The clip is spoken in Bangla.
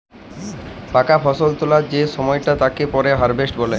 পাক ফসল তোলা যে সময়টা তাকে পরে হারভেস্ট বলে